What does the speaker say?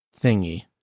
thingy